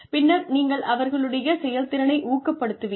பின்னர் நீங்கள் அவர்களுடைய செயல்திறனை ஊக்கப்படுத்துவீர்கள்